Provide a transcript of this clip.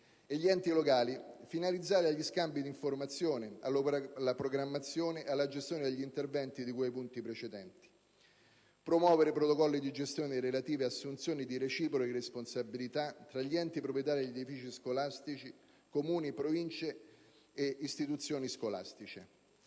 e gli enti locali, finalizzate agli scambi di informazioni, alla programmazione e alla gestione degli interventi di cui ai punti precedenti, sia protocolli di gestione e relative assunzioni di reciproche responsabilità tra gli enti proprietari degli edifici scolastici (Comuni e Province) e istituzioni scolastiche,